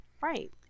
Right